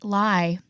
lie